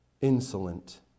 insolent